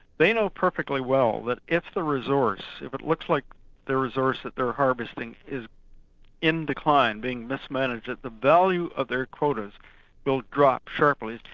they know perfectly well that if the resource, if it looks like the resource that they're harvesting is in decline, being mismanaged, that the value of their quotas will drop sharply,